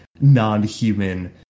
non-human